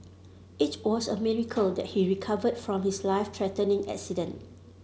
it was a miracle that he recovered from his life threatening accident